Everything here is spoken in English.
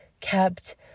kept